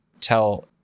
tell